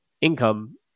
income